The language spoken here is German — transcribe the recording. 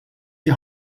die